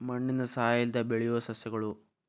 ಮಣ್ಣಿನ ಸಹಾಯಾ ಇಲ್ಲದ ಬೆಳಿಯು ಸಸ್ಯಗಳು